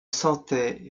sentait